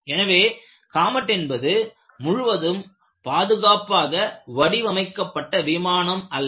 எனவே காமட் என்பது முழுவதும் பாதுகாப்பாக வடிவமைக்கப்பட்ட விமானம் அல்ல